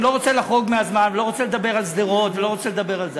אני לא רוצה לחרוג מהזמן ולא רוצה לדבר על שדרות ולא רוצה לדבר על זה,